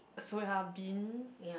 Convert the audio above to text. soya bean